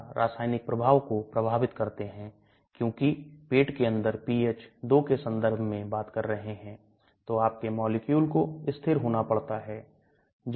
तो इन क्षेत्रों में से प्रत्येक बहुत अलग है पारगमन का समय बहुत अलग है pH की स्थिति अलग है और अगर आप देखते हैं कि पेट का pH बहुत अम्लीय से लगभग अधिक मात्रा में बदल सकते हैं यह भरे और खाली पर निर्भर करता है